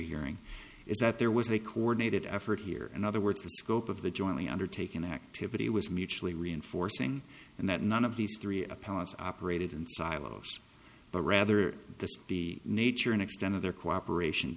hearing is that there was a coordinated effort here in other words the scope of the jointly undertaken activity was mutually reinforcing and that none of these three a palace operated in silos but rather the nature and extent of their cooperation